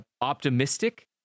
Optimistic